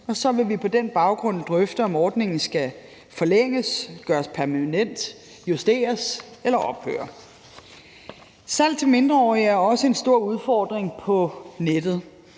og så vil vi på den baggrund drøfte, om ordningen skal forlænges, gøres permanent, justeres eller ophøre. Salg til mindreårige er også en stor udfordring på nettet.